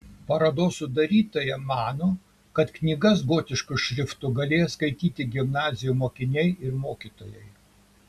parodos sudarytoja mano kad knygas gotišku šriftu galėjo skaityti gimnazijų mokiniai ir mokytojai